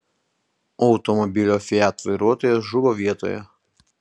automobilio fiat vairuotojas žuvo vietoje